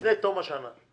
לפני תום השנה.